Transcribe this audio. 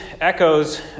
echoes